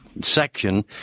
section